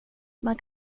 man